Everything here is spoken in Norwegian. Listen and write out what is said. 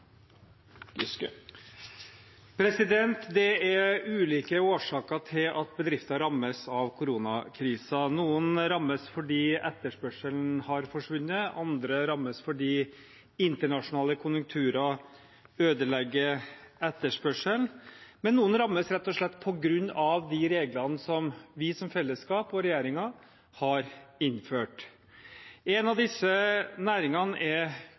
Det er ulike årsaker til at bedrifter rammes av koronakrisen. Noen rammes fordi etterspørselen har forsvunnet. Andre rammes fordi internasjonale konjunkturer ødelegger etterspørselen. Noen rammes rett og slett på grunn av de reglene vi som fellesskap og regjeringen har innført. En av disse næringene er